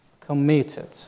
committed